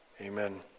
Amen